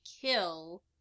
kill